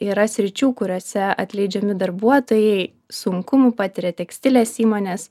yra sričių kuriose atleidžiami darbuotojai sunkumų patiria tekstilės įmonės